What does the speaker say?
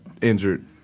injured